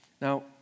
Now